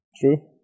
True